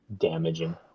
damaging